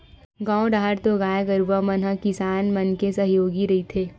गाँव डाहर तो गाय गरुवा मन ह किसान मन के सहयोगी रहिथे